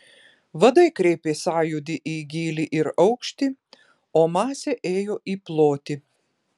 vadai kreipė sąjūdį į gylį ir aukštį o masė ėjo į plotį